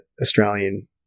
australian